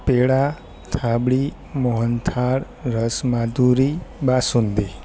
પેડા થાબડી મોહનથાળ રસ માધુરી બાસુંદી